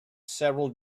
several